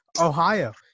Ohio